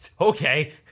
Okay